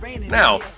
Now